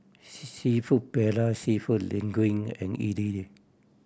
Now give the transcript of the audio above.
Seafood Paella Seafood Linguine and Idili